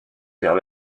père